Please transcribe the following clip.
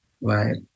right